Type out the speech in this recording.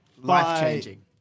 life-changing